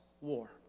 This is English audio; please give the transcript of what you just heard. war